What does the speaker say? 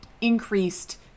increased